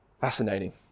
Fascinating